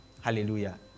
Hallelujah